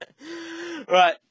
Right